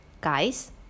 guys